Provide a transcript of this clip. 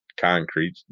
concrete